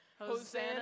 Hosanna